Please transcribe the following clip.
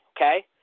okay